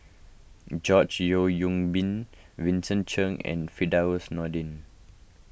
George Yeo Yong Boon Vincent Cheng and Firdaus Nordin